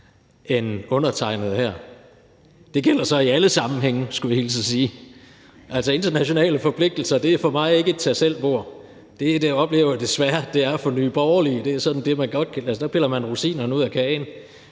end undertegnede. Det gælder så i alle sammenhænge, skulle jeg hilse og sige. Altså, internationale forpligtelser er for mig ikke et tag selv-bord. Det oplever jeg desværre at det er for Nye Borgerlige – der piller man rosinerne ud af kagen,